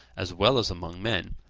as well as among men,